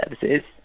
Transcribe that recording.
services